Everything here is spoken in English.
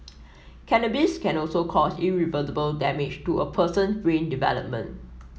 cannabis can also cause irreversible damage to a person brain development